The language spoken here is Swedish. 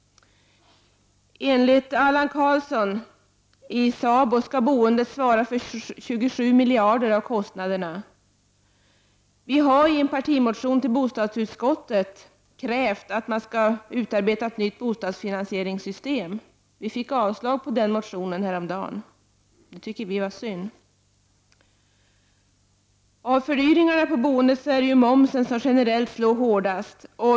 Enligt Allan Karlsson, vd i SABO, skall boendet svara för 27 miljarder av kostnaderna. Vi har i vår partimotion Bo67 krävt att ett nytt bostadsfinansieringssystem skall utarbetas. Denna motion avslogs häromdagen, och det tycker vi är synd. Av fördyringarna när det gäller boendet är det momsen som generellt slår hårdast.